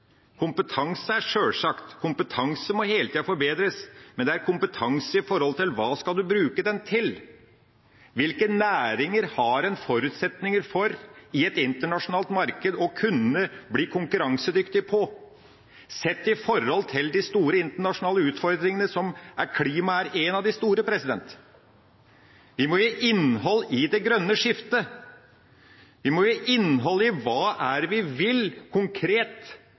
Kompetanse er sjølsagt. Kompetanse må hele tida forbedres. Men det er kompetanse i forhold til hva du skal bruke den til. Hvilke næringer har man forutsetninger for i et internasjonalt marked å kunne bli konkurransedyktige på sett i forhold til de store internasjonale utfordringene, der klima er en av de store? Vi må gi innhold i det grønne skiftet. Vi må gi innhold i hva det er vi vil, konkret.